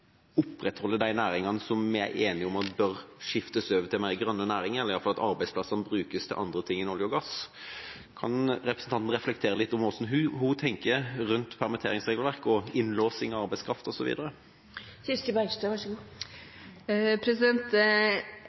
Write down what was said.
de næringene som vi er enige om at burde skiftes over til mer grønne næringer, eller iallfall at arbeidsplassene burde brukes til andre ting enn olje og gass. Kan representanten reflektere litt rundt hvordan hun tenker seg permitteringsregelverk og innlåsing av arbeidskraft,